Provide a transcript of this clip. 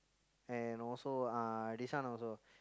and also uh this one also